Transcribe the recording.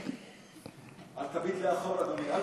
אל תביט לאחור, אדוני.